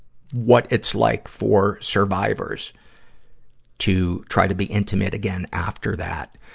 what it's like for survivors to try to be intimate again after that.